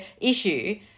issue